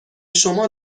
شما